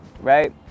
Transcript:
right